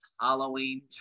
Halloween